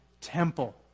temple